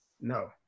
no